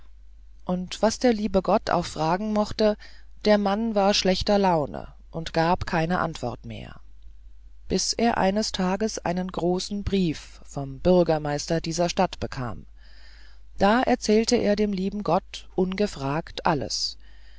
und was der liebe gott auch fragen mochte der mann war schlechter laune und gab keine antwort mehr bis er eines tages einen großen brief vom bürgermeister dieser stadt bekam da erzählte er dem lieben gott ungefragt alles